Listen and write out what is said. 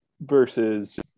versus